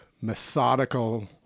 Methodical